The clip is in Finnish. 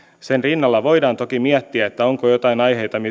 sen rinnalla voidaan toki miettiä onko joitain